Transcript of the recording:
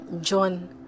john